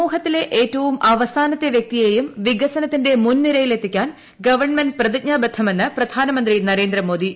സമൂഹത്തിലെ ഏറ്റവും അവസാനത്തെ വൃക്തിയെയും വികസനത്തിന്റെ മുൻനിരയിൽ എത്തിക്കാൻ ഗവൺമെന്റ് പ്രതിജ്ഞാബദ്ധമെന്ന് പ്രധാനമന്ത്രി നരേന്ദ്രമോദി